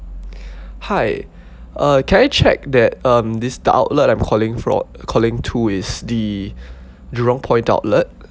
hi uh can I check that um this is the outlet I'm calling from calling to is the jurong point outlet